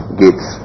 gates